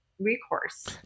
recourse